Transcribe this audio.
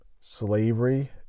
Slavery